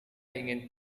ingin